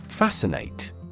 Fascinate